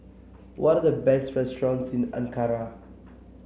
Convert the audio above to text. what the best restaurants in Ankara